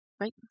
right